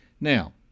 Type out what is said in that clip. Now